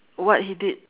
what he did